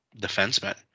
defensemen